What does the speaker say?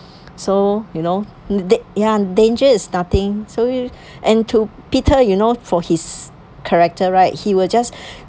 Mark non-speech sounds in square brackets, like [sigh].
[breath] so you know dan~ ya dangerous is nothing so [noise] and to peter you know for his character right he will just [breath]